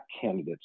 candidates